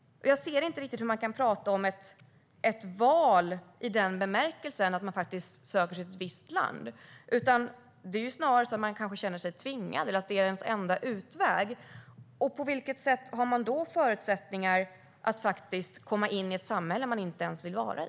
Jag ser inte riktigt hur man kan prata om ett val i den bemärkelsen att människor söker sig till ett visst land. Det är snarare så att människor kanske känner sig tvingade eller att det är deras enda utväg. På vilket sätt har de då förutsättningar att komma in i ett samhälle de inte ens vill vara i?